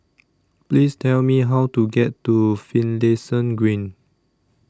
Please Tell Me How to get to Finlayson Green